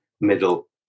middle